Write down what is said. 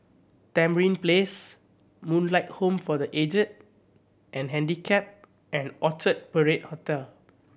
Tamarind Place Moonlight Home for The Aged and Handicapped and Orchard Parade Hotel